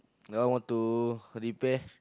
that one want to repair